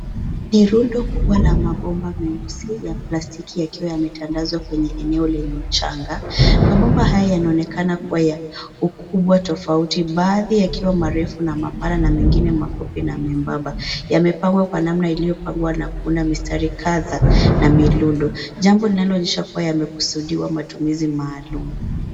Virundo kubwa la mabomba meusi ya plastiki yakiwa yametandazwa kwenye eneo lenye mchanga. Mabomba haya yanaonekana kuwa ya ukubwa tofauti baadhi yakiwa marefu na mapana na mengine mafupi na mebamba. Yamepangwa kwa namna iliyopangwa na kuna mistari kadha na mirudo. Jambo linaloonyesha kuwa yamekusudiwa matumizi maalum.